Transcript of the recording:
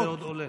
זה עוד עולה.